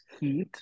heat